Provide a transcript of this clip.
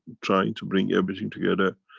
trying to bring everything together.